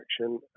action